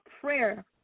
prayer